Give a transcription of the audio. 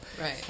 Right